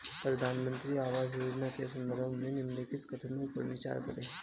प्रधानमंत्री आवास योजना के संदर्भ में निम्नलिखित कथनों पर विचार करें?